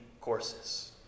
courses